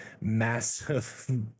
massive